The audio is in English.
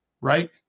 right